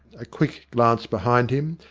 a quick glance behind him,